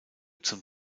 zum